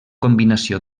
combinació